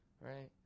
Right